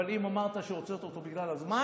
אבל אם אמרת שהוצאת אותו בגלל הזמן,